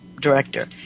director